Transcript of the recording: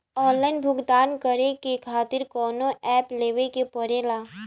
Online भुगतान करके के खातिर कौनो ऐप लेवेके पड़ेला?